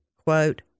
quote